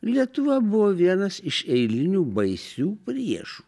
lietuva buvo vienas iš eilinių baisių priešų